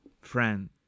friend